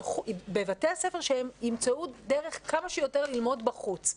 שבתי ספר ימצאו דרך כמה שיותר ללמוד בחוץ.